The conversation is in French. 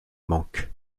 manquent